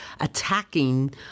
attacking